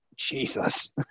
Jesus